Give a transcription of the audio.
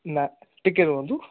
ନା ଟିକେ ରୁହନ୍ତୁ